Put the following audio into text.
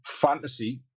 Fantasy